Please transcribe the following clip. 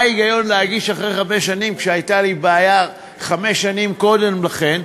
מה ההיגיון להגיש אחרי חמש שנים כשהייתה לי בעיה חמש שנים קודם לכן?